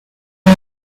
hey